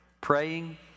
Praying